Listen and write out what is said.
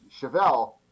Chevelle